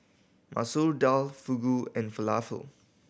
Masoor Dal Fugu and Falafel